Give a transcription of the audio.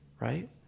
right